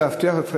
את הישיבה.